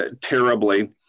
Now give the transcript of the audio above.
terribly